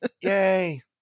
Yay